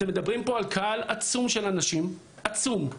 אתם מדברים פה על קהל עצום של אנשים, עצום.